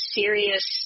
serious